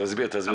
תסביר את עצמך.